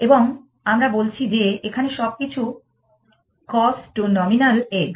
এবং আমরা বলছি যে এখানে সবকিছু কস্ট টু নমিনাল এগ